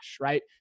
right